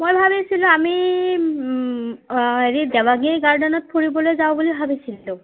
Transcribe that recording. মই ভাবিছিলোঁ আমি অঁ হেৰি দেবাংগী গাৰ্ডেনত ফুৰিবলৈ যাওঁ বুলি ভাবিছিলোঁ